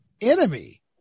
enemy